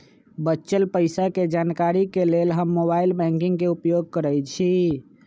बच्चल पइसा के जानकारी के लेल हम मोबाइल बैंकिंग के उपयोग करइछि